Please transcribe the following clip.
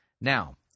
Now